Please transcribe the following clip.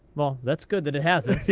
well, that's good that it hasn't.